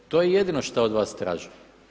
To je jedino što od vas tražim.